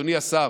אדוני השר,